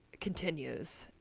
continues